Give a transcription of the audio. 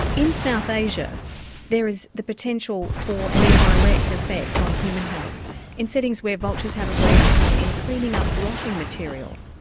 in south asia there is the potential for an indirect effect on human health in settings where vultures have a role to play in cleaning up rotting material.